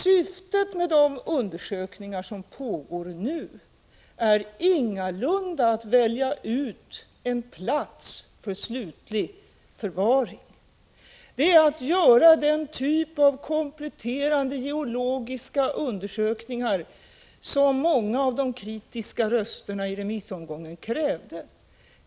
Syftet med de undersökningar som pågår nu är ingalunda att välja ut en plats för slutlig förvaring. Syftet är att göra den typ av kompletterande geologiska undersökningar som många av de kritiska rösterna i remissomgången krävde.